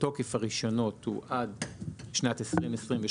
ותוקף הרישיונות הוא עד שנת 2028,